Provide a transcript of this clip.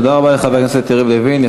תודה רבה לחבר הכנסת יריב לוין.